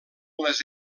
les